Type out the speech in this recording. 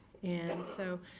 and so,